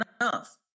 enough